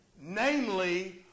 Namely